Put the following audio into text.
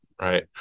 right